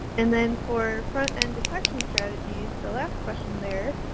and then for front-end detection strategies, the last question there,